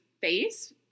face